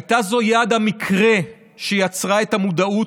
הייתה זו יד המקרה שיצרה את המודעות